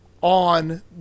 on